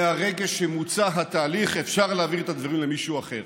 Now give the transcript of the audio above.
מהרגע שמוצה התהליך אפשר להעביר את הדברים למישהו אחר.